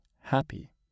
happy